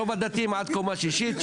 רוב הדתיים עד קומה שישית,